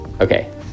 Okay